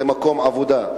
זה מקום עבודה,